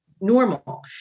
normal